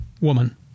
woman